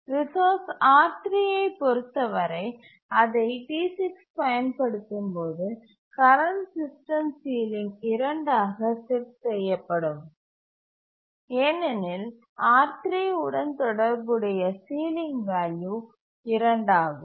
resource R3 ஐப் பொறுத்தவரை அதைப் T6 பயன்படுத்தும் போது கரண்ட் சிஸ்டம் சீலிங் 2 ஆக செட் செய்யப்படும் ஏனெனில் R3 உடன் தொடர்புடைய சீலிங் வேல்யூ 2 ஆகும்